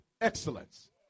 excellence